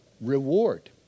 reward